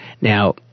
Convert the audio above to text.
Now